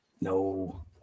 No